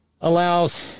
allows